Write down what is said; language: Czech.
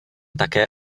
také